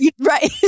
Right